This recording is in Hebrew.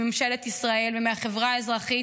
מממשלת ישראל ומהחברה האזרחית,